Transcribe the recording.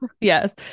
yes